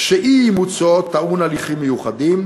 כשאי-אימוצו טעון הליכים מיוחדים,